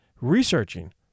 Researching